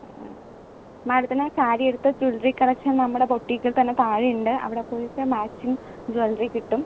ആ മേഡത്തിന് സാരി എടുത്ത് ജ്വല്ലറി കളക്ഷന് നമ്മുടെ ബോട്ടീക്ക് തന്നെ താഴെ ഉണ്ട് അവിടെ പോയി ചോദിച്ചാൽ മാച്ചിംഗ് ജ്വല്ലറി കിട്ടും